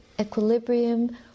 equilibrium